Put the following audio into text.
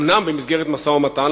אומנם במסגרת משא-ומתן,